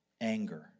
anger